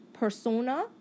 Persona